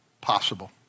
possible